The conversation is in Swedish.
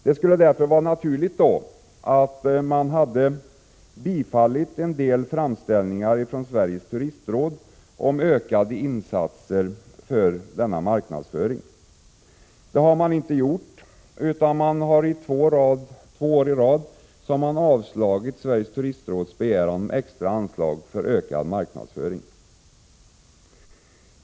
Det skulle därför vara naturligt att man hade bifallit en del framställningar från Sveriges turistråd om ökade insatser för denna marknadsföring. Det har man inte gjort, utan man har två år i rad avslagit Sveriges turistråds begäran om extra anslag för ökad marknadsföring.